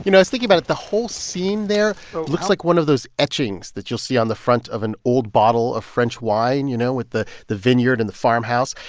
you know was thinking about it. the whole scene there looks like one of those etchings that you'll see on the front of an old bottle of french wine. you know, with the the vineyard and the farmhouse?